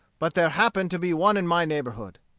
but there happened to be one in my neighborhood.